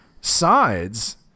sides